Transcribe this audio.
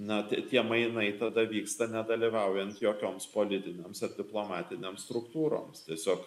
net tie mainai tada vyksta nedalyvaujant jokioms politinėms ir diplomatinėms struktūroms tiesiog